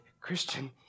Christian